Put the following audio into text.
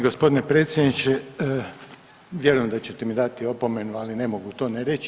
Gospodine predsjedniče, vjerujem da ćete mi dati opomenu, al ne mogu to ne reći.